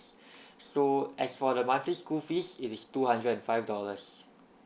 so as for the monthly school fees it is two hundred and five dollars